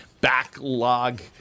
backlog